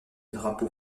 drapeau